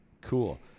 Cool